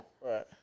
Right